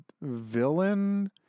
villain